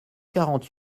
quarante